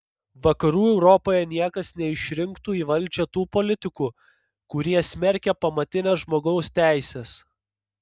vakarų europoje niekas neišrinktų į valdžią tų politikų kurie smerkia pamatines žmogaus teises